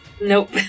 Nope